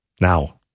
now